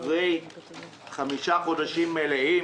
אחרי חמישה חודשים מלאים